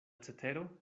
cetero